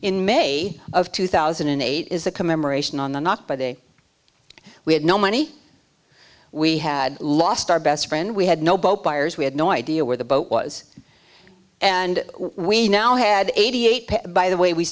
in may of two thousand and eight is a commemoration on the not by day we had no money we had lost our best friend we had no boat buyers we had no idea where the boat was and we now had eighty eight by the way we